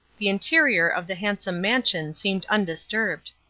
the interior of the handsome mansion seemed undisturbed.